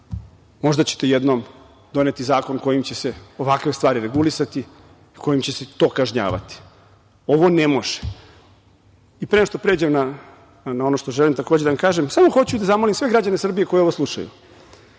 možda ćete jednom doneti zakon kojim će se ovakve stvari regulisati, kojim će se to kažnjavati. Ovo ne može. Pre nego što pređem na ono što želim takođe da vam kažem, samo hoću da zamolim sve građane Srbije koji ovo slušaju